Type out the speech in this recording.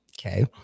okay